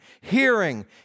hearing